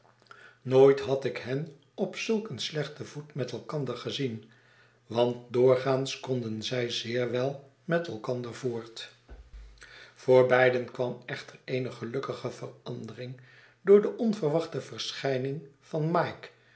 nooit had ik hen op zulk een slechten voet met elkander gezien want doorgaans konden zij zeer wel met elkander voort voor beiden kwam echter eene gelukkige verandering door de overwachte verschijning van mike